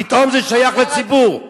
פתאום זה שייך לציבור?